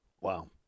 Wow